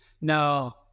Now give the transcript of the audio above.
No